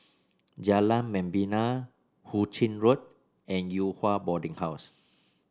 Jalan Membina Hu Ching Road and Yew Hua Boarding House